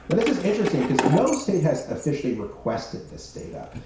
but this is interesting because no state has officially requested this data.